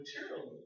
materially